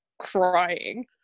crying